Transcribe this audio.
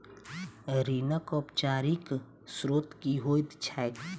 ऋणक औपचारिक स्त्रोत की होइत छैक?